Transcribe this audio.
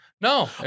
no